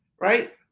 right